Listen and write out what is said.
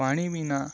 ପାଣି ବିନା